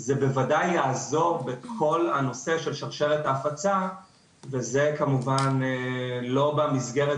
זה בוודאי יעזור בכל הנושא של שרשרת ההפצה וזה כמובן לא במסגרת